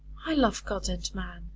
i love god and man,